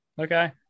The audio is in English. Okay